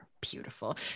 beautiful